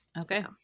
Okay